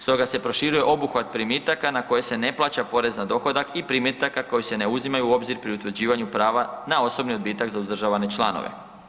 Stoga se proširuje obuhvat primitaka na koje se ne plaća porez na dohodak i primitaka koji se ne uzimaju u obzir pri utvrđivanju prava na osobni odbitak za uzdržavane članove.